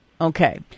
Okay